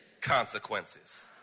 Consequences